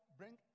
bring